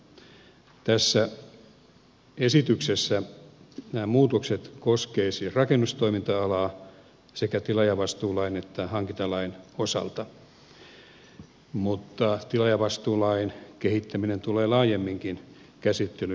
tässä esityksessä nämä muutokset koskevat siis rakennustoiminta alaa sekä tilaajavastuulain että hankintalain osalta mutta tilaajavastuulain kehittäminen tulee laajemminkin käsittelyyn